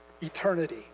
eternity